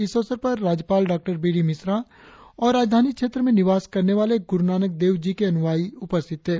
इस अवसर पर राज्यपाल डॉ बी डी मिश्रा और राजधानी क्षेत्र में निवास करने वाले गुरु नानक देव जी के अनुयायी मौजूद थे